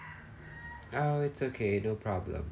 oh it's okay no problem